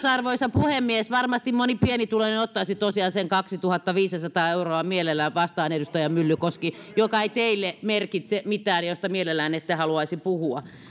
arvoisa puhemies varmasti moni pienituloinen ottaisi tosiaan sen kaksituhattaviisisataa euroa mielellään vastaan edustaja myllykoski joka ei teille merkitse mitään ja josta mielellänne ette haluaisi puhua